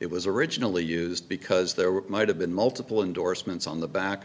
it was originally used because there were might have been multiple endorsements on the back of